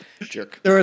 Jerk